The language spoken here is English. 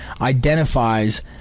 identifies